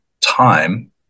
time